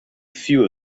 few